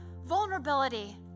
vulnerability